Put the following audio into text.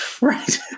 Right